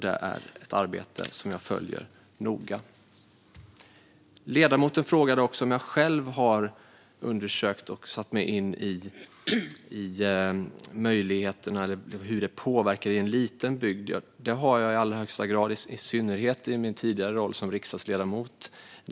Detta är ett arbete som jag följer noga. Ledamoten frågade också om jag själv har undersökt och satt mig in i hur detta påverkar en liten bygd. Det har jag i allra högsta grad, i synnerhet i min tidigare roll som riksdagsledamot.